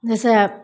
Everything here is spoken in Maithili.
जइसे